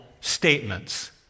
statements